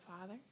Father